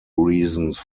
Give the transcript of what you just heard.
reasons